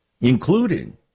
Including